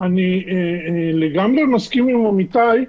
אני לגמרי מסכים עם עמיתיי,